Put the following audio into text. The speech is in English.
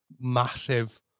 massive